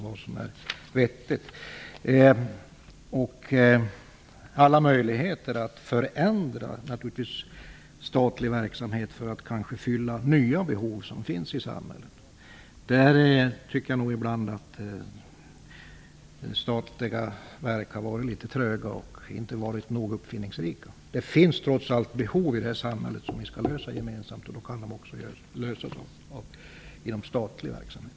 Jag tycker nog att statliga verk ibland har varit litet tröga och inte nog uppfinningsrika när det gällt att ta vara på alla möjligheter att förändra statlig verksamhet, för att kanske fylla nya behov som finns i samhället. Det finns trots allt behov i det här samhället som vi skall möta gemensamt. Då kan de också tillgodoses inom statlig verksamhet.